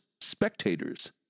spectators